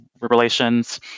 relations